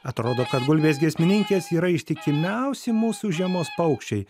atrodo kad gulbės giesmininkės yra ištikimiausi mūsų žiemos paukščiai